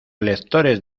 lectores